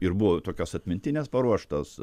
ir buvo tokios atmintinės paruoštos